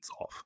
off